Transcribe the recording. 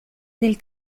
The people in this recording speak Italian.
del